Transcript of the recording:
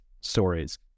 stories